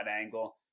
angle